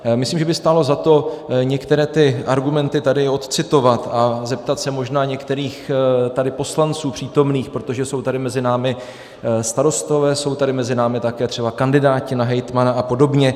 Myslím, že by stálo za to některé ty argumenty tady odcitovat a zeptat se možná některých přítomných poslanců, protože jsou tady mezi námi starostové, jsou tady mezi námi také třeba kandidáti na hejtmana apod.